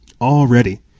Already